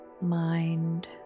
Mind